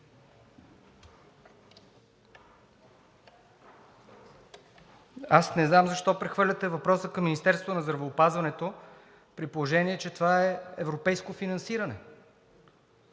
Аз не знам защо прехвърляте въпроса към Министерството на здравеопазването, при положение че това е европейско финансиране?!